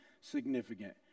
significant